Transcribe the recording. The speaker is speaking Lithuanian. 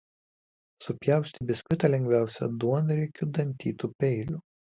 supjaustyti biskvitą lengviausia duonriekiu dantytu peiliu